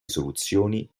soluzioni